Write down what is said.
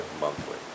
monthly